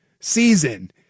season